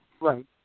Right